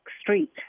street